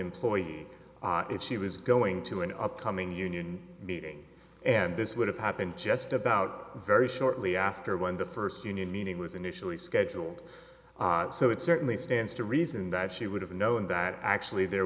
employee if she was going to an upcoming union meeting and this would have happened just about very shortly after when the first union meeting was initially scheduled so it certainly stands to reason that she would have known that actually there